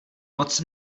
moc